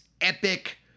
epic